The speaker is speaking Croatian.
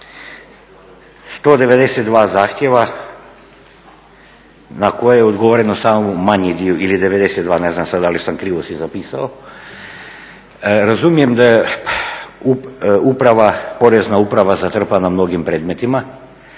192 zahtjeva na koje je odgovoreno samo manji dio ili 92, ne znam sad dal' sam krivo si zapisao. Razumijem da je Porezna uprava zatrpana mnogim predmetima,